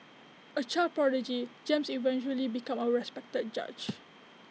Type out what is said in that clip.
A child prodigy James eventually become A respected judge